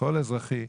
שכול אזרחי.